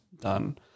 done